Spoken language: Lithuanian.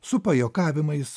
su pajuokavimais